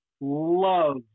love